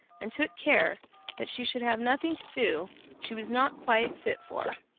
and took care that she should have nothing to do she was not quite fit for.